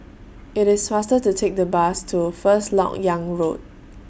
IT IS faster to Take The Bus to First Lok Yang Road